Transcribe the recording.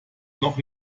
noch